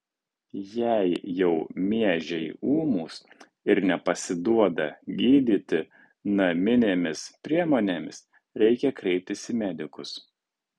jei jau miežiai ūmūs ir nepasiduoda gydyti naminėmis priemonėmis reikia kreiptis į medikus